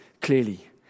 clearly